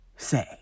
Say